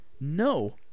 no